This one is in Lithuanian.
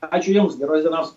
ačiū jums geros dienos